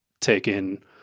taken